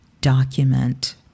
document